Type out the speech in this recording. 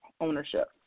ownership